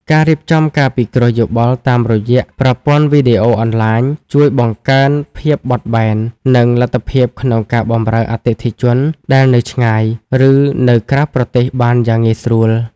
ការរៀបចំការពិគ្រោះយោបល់តាមរយៈប្រព័ន្ធវីដេអូអនឡាញ ជួយបង្កើនភាពបត់បែន និងលទ្ធភាពក្នុងការបម្រើអតិថិជនដែលនៅឆ្ងាយ ឬនៅក្រៅប្រទេសបានយ៉ាងងាយស្រួល។